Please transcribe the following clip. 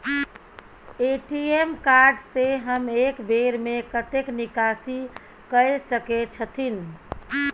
ATM card से हम एक बेर में कतेक निकासी कय सके छथिन?